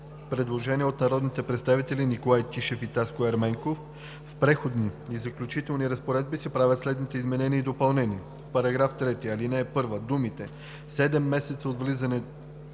предложение от народните представители Николай Тишев и Таско Ерменков: „В Преходни и заключителни разпоредби се правят следните изменения и допълнения: „В § 3, ал. 1 думите „седем месеца от влизането